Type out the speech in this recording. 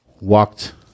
walked